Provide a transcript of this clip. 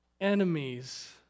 enemies